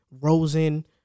Rosen